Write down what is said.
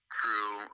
true